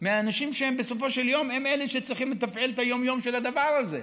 מהאנשים שבסופו של יום הם אלה שצריכים לתפעל את היום-יום של הדבר הזה.